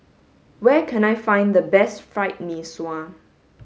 where can I find the best fried Mee Sua